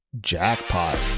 Jackpot